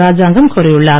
ராஜாங்கம் கோரியுள்ளார்